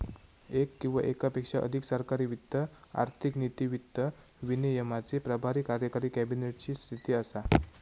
येक किंवा येकापेक्षा अधिक सरकारी वित्त आर्थिक नीती, वित्त विनियमाचे प्रभारी कार्यकारी कॅबिनेट ची स्थिती असा